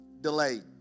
delayed